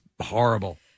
horrible